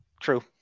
True